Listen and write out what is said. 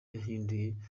yahinduye